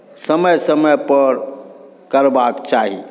समय समयपर करबाक चाही